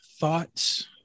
thoughts